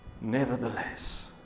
Nevertheless